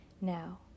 Now